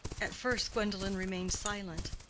at first, gwendolen remained silent,